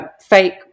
fake